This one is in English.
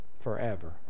forever